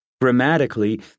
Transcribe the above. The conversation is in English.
Grammatically